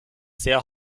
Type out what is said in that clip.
sehr